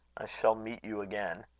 i shall meet you again.